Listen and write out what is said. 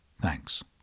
Thanks